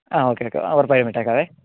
ആ okay okay ഉറപ്പായും വിട്ടേക്കാം